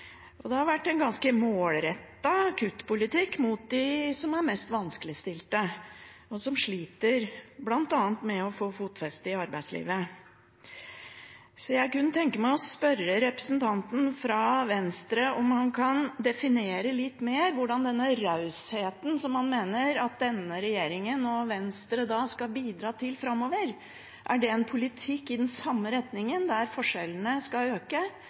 det har vært en ganske målrettet kuttpolitikk mot de mest vanskeligstilte, som bl.a. sliter med å få fotfeste i arbeidslivet. Jeg kunne tenke meg å spørre representanten fra Venstre om han kan definere litt nærmere den rausheten som han mener at denne regjeringen og Venstre skal bidra til framover. Er det en politikk i den samme retningen, der forskjellene skal øke,